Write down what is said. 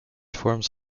forms